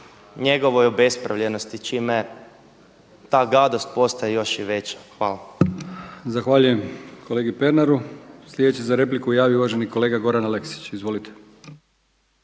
njegovoj obespravljenosti čime ta gadost postaje još i veća. Hvala. **Brkić, Milijan (HDZ)** Zahvaljujem kolegi Pernaru. Slijedeći se za repliku javio uvaženi kolega Goran Aleksić. Izvolite.